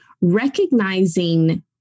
recognizing